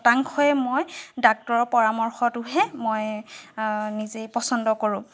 শতাংশই মই ডাক্টৰৰ পৰামৰ্শটোহে মই নিজেই পচন্দ কৰো